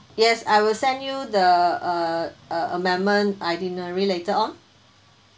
yes I will send you the uh uh amendment itinerary later on